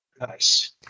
Nice